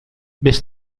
vés